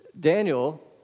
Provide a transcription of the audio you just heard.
Daniel